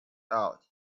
out